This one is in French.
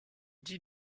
dit